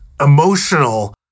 emotional